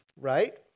Right